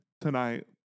tonight